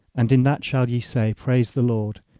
and in that shall ye say, praise the lord,